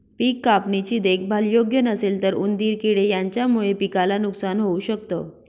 पिक कापणी ची देखभाल योग्य नसेल तर उंदीर किडे यांच्यामुळे पिकाला नुकसान होऊ शकत